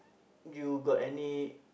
you got any